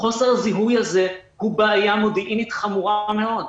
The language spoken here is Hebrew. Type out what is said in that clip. חוסר הזיהוי הזה הוא בעיה מודיעינית חמורה מאוד.